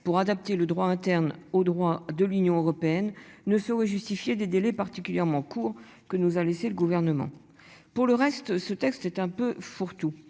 pour adapter le droit interne au droit de l'Union européenne ne saurait justifier des délais particulièrement courts que nous a laissé le gouvernement. Pour le reste, ce texte est un peu fourre-tout